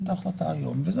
קוראים לזה